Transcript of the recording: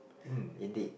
hmm indeed